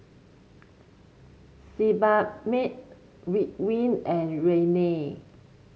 Sebamed Ridwind and Rene